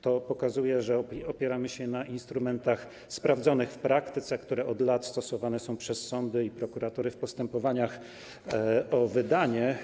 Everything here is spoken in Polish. To pokazuje, że opieramy się na instrumentach sprawdzonych w praktyce, które od lat stosowane są przez sądy i prokuratury w postępowaniach o wydanie.